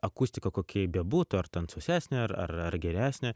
akustika kokia ji bebūtų ar ten sausesnė ar ar ar geresnė